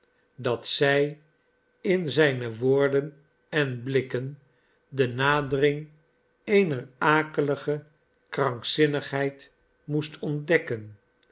dat zij in zijne woorden en blikken de nadering eener akelige krankzinnigheid moest ondekken